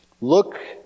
Look